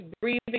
breathing